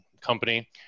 company